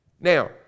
Now